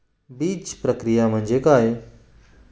बीजप्रक्रिया म्हणजे काय?